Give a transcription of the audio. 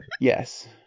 yes